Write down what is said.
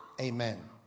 Amen